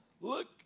Look